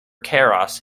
keras